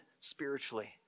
spiritually